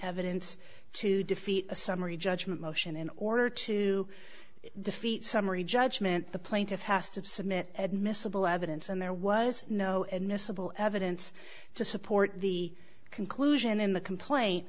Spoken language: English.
evidence to defeat a summary judgment motion in order to defeat summary judgment the plaintiff has to submit admissible evidence and there was no admissible evidence to support the conclusion in the complaint